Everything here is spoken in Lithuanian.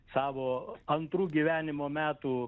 savo antrų gyvenimo metų